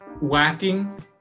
whacking